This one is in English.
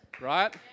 right